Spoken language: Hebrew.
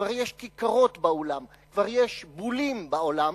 כבר יש כיכרות בעולם, כבר יש בולים בעולם,